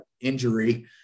injury